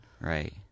Right